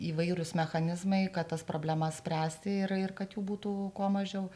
įvairūs mechanizmai kad tas problemas spręsti ir ir kad jų būtų kuo mažiau